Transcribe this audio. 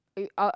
eh you uh